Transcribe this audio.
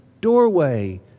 doorway